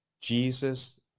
Jesus